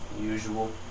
usual